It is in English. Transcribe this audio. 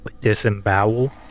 Disembowel